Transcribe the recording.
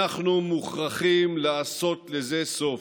אנחנו מוכרחים לשים לזה סוף.